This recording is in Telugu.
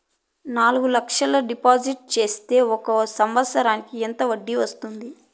నాలుగు లక్షల డిపాజిట్లు సేస్తే ఒక సంవత్సరానికి ఎంత వడ్డీ వస్తుంది?